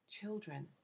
children